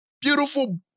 beautiful